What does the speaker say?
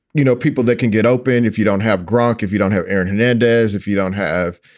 you know, people that can get open. and if you don't have gronk, if you don't have aaron hernandez, if you don't have,